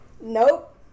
Nope